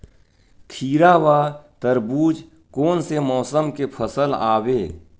खीरा व तरबुज कोन से मौसम के फसल आवेय?